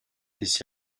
des